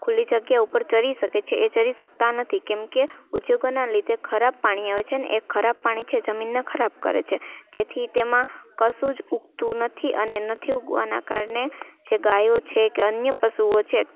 ખુલ્લી જગ્યા ઉપર ચરી શકે છે એ ચરી શકતા નથી કેમ કે ઉદ્યોગોનાં લીધે ખરાબ પાણી આવે છે ને એ ખરાબ પાણી છે જમીનને ખરાબ કરે છે જેથી તેમાં કશું જ ઉગતું નથી અને નથી ઉગવાના કારણે જે ગાયો છે કે અન્ય પશુઓ છે